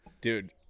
Dude